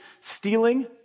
stealing